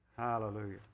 Hallelujah